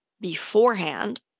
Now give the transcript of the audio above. beforehand